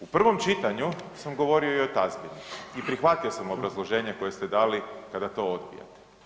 U prvom čitanju sam govorio i o tazbini i prihvatio sam obrazloženje koje ste dali kada to odbijate.